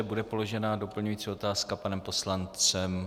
Bude položena doplňující otázka panem poslancem?